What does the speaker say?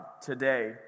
today